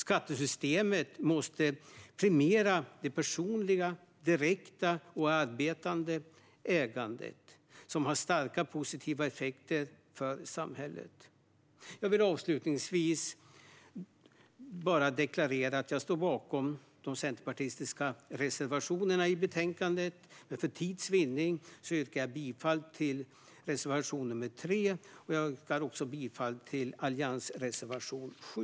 Skattesystemet måste premiera det personliga, direkta och arbetande ägandet, något som har starka positiva effekter för samhället. Jag vill avslutningsvis deklarera att jag står bakom de centerpartistiska reservationerna i betänkandet, men för tids vinnande yrkar jag bifall endast till reservation 3 och till Alliansens reservation 7.